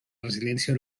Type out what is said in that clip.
resiliència